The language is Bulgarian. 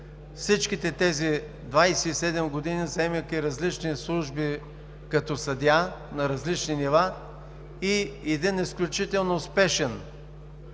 всичките тези 27 години, заемайки различни служби като съдия на различни нива и един изключително успешен